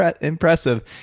impressive